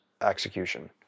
execution